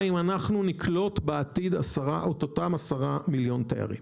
אם אנחנו נקלוט בעתיד את אותם עשרה מיליון תיירים.